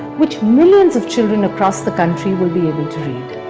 which millions of children across the country will be able to read.